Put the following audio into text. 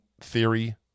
theory